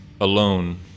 alone